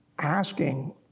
asking